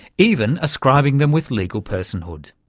even ascribing them with legal personhood.